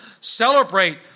celebrate